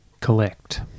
collect